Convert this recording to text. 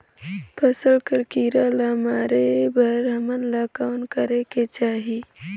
फसल कर कीरा ला मारे बर हमन ला कौन करेके चाही?